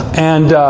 and